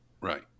Right